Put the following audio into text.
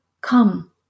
come